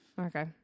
Okay